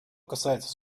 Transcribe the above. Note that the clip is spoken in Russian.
касается